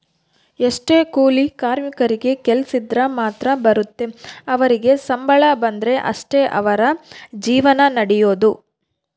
ಎಷ್ಟೊ ಕೂಲಿ ಕಾರ್ಮಿಕರಿಗೆ ಕೆಲ್ಸಿದ್ರ ಮಾತ್ರ ಬರುತ್ತೆ ಅವರಿಗೆ ಸಂಬಳ ಬಂದ್ರೆ ಅಷ್ಟೇ ಅವರ ಜೀವನ ನಡಿಯೊದು